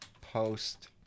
Post